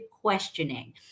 questioning